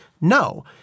No